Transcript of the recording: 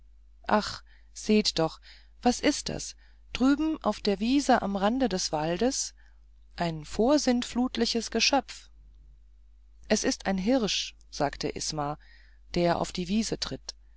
ach seht doch was ist das drüben auf der wiese am rande des waldes ein vorsintflutliches geschöpf es ist ein hirsch sagte isma der auf die wiese tritt